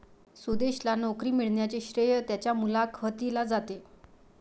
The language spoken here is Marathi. सुदेशला नोकरी मिळण्याचे श्रेय त्याच्या मुलाखतीला जाते